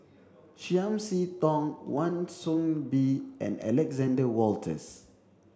Chiam See Tong Wan Soon Bee and Alexander Wolters